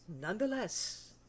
nonetheless